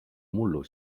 mullu